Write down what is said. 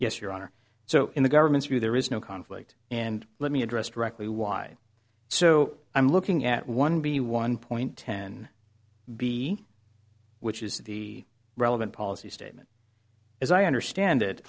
yes your honor so in the government's view there is no conflict and let me address directly why so i'm looking at one b one point ten b which is the relevant policy statement as i understand it